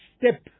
step